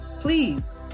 please